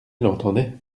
l’entendait